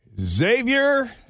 Xavier